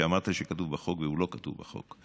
שאמרת שכתוב בחוק והוא לא כתוב בחוק,